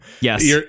yes